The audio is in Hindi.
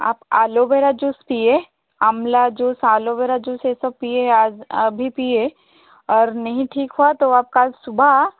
आप आलो बेरा जूस पिएं amla juice aloe vera juice ये सब पिएं आप अभी पिएं और नहीं ठीक हुआ तो आप कल सुबह